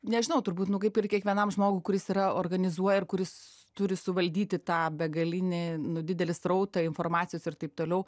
nežinau turbūt nu kaip ir kiekvienam žmogui kuris yra organizuoja ir kuris turi suvaldyti tą begalinį nu didelį srautą informacijos ir taip toliau